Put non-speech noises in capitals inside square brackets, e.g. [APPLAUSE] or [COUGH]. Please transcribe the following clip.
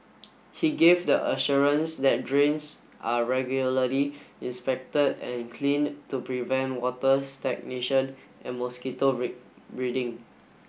[NOISE] he gave the assurance that drains are regularly inspected and cleaned to prevent water stagnation and mosquito [UNINTELLIGIBLE] breeding